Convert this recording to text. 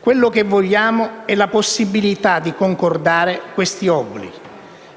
quello che vogliamo è la possibilità di concordare questi obblighi.